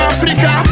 Africa